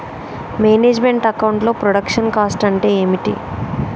Manage meant account లో production cost అంటే ఏమిటి?